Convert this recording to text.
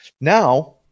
now